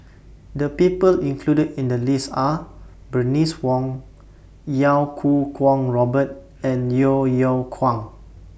The People included in The list Are Bernice Wong Iau Kuo Kwong Robert and Yeo Yeow Kwang